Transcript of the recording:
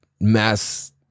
mass